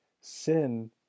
sin